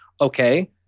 Okay